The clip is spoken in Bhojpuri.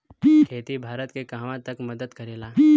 खेती भारत के कहवा तक मदत करे ला?